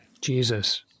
Jesus